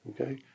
Okay